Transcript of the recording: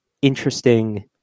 interesting